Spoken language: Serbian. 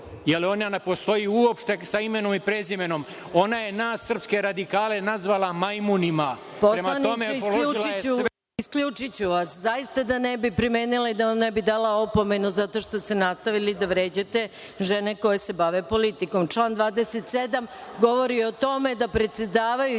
jer ona ne postoji uopšte sa imenom i prezimenom, ona je nas srpske radikale nazvala majmunima. Prema tome… **Maja Gojković** Poslaniče, isključiću vas, da ne bih primenila i da vam ne bi dala opomenu zato što ste nastavili da vređate žene koje se bave politikom. Član 27. govori o tome da predsedavajući